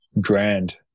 grand